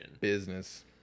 business